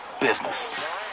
business